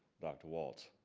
dr. walts,